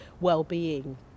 well-being